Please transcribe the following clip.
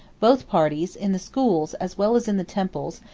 both parties, in the schools, as well as in the temples,